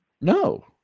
No